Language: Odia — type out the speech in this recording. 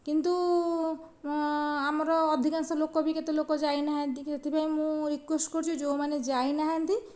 କିନ୍ତୁ ଆମର ଅଧିକାଂଶ ଲୋକ ବି କେତେ ଲୋକ ବି ଯାଇନାହାନ୍ତି ସେଥିପାଇଁ ମୁଁ ରିକୁଏସ୍ଟ କରୁଛି ଯେଉଁମାନେ ଯାଇନାହାନ୍ତି